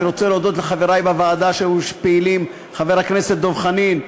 אני רוצה להודות לחברי בוועדה שהיו פעילים: חבר הכנסת דב חנין,